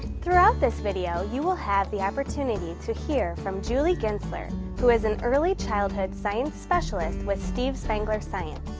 throughout this video, you will have the opportunity to hear from julie gintzler who is an early childhood science specialist with steve spangler science.